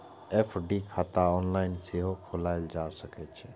FD खाता online सेहो खोलाएल जा सकै छै